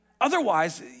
Otherwise